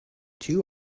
two